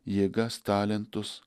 jėgas talentus